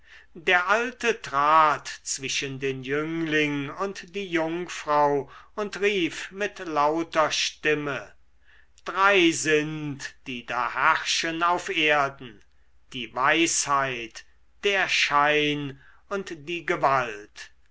der alte trat zwischen den jüngling und die jungfrau und rief mit lauter stimme drei sind die da herrschen auf erden die weisheit der schein und die gewalt